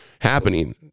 happening